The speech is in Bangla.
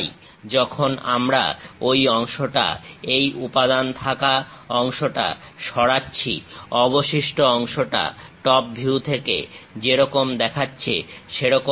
যখন আমরা ওই অংশটা এই উপাদান থাকা অংশটা সরাচ্ছি অবশিষ্ট অংশটা টপ ভিউ থেকে যে রকম দেখাচ্ছে সেরকমই থাকবে